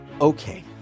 Okay